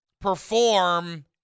perform